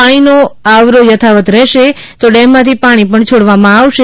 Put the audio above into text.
પાણીનો આવરો યથાવત રહેશે તો ડેમમાંથી પાણી પણ છોડવામાં આવશે